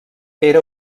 era